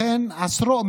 לכן עשרות,